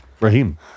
Raheem